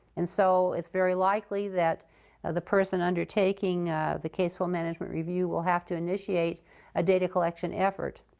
and so it's very likely that the person undertaking the caseflow management review will have to initiate a data collection effort.